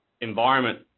environment